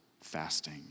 fasting